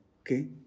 okay